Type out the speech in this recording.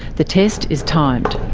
the test is timed.